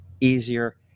easier